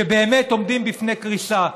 שבאמת עומדים לפני קריסה.